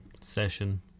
session